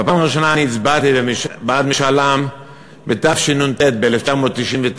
בפעם הראשונה הצבעתי בעד משאל עם בתשנ"ט, ב-1999.